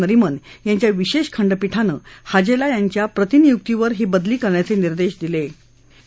नरिमन यांच्या विशेष खंडपिठानं हाजेला यांना प्रतिनियुक्तीवर ही बदली करण्याचे निर्देश दिले आहेत